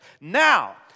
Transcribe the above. now